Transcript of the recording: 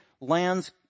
lands